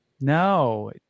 No